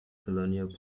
colonial